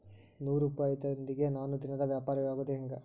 ನೂರುಪಾಯದೊಂದಿಗೆ ನಾನು ದಿನದ ವ್ಯಾಪಾರಿಯಾಗೊದ ಹೆಂಗ?